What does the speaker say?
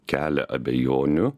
kelia abejonių